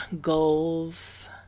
goals